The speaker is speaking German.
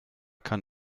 kann